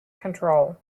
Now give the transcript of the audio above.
control